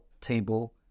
table